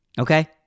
okay